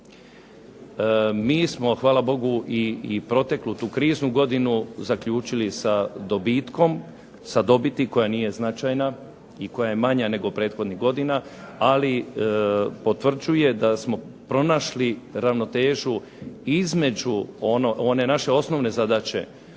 Mi smo hvala Bogu i proteklu tu kriznu godinu zaključili sa dobitkom, sa dobiti koja nije značajna i koja je manja nego prethodnih godina, ali potvrđuje da smo pronašli ravnotežu između one naše osnovne zadaće,